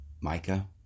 Micah